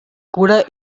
cura